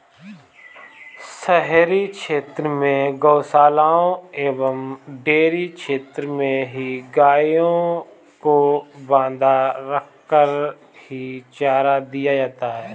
शहरी क्षेत्र में गोशालाओं एवं डेयरी क्षेत्र में ही गायों को बँधा रखकर ही चारा दिया जाता है